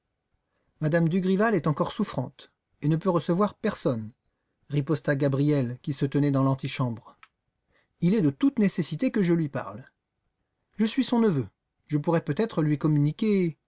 m me dugrival est encore souffrante et ne peut recevoir personne riposta gabriel qui se tenait dans l'antichambre il est de toute nécessité que je lui parle je suis son neveu je pourrais peut-être lui communiquer